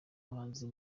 muhanzi